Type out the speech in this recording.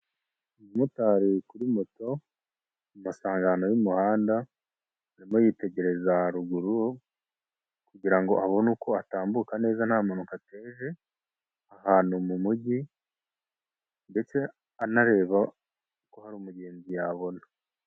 Umumotari kuri moto mu masangano y'umuhanda arimo yitegereza haruguru kugira ngo abone uko atambuka neza nta mpanuka ateje ahantu mu mujyi ndetse anareba ko hari umugenzi yabona.